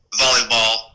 volleyball